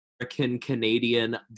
American-Canadian